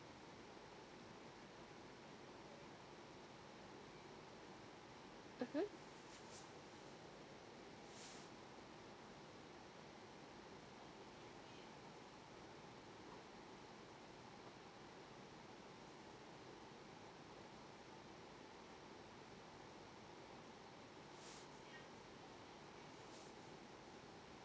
mmhmm